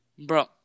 Bro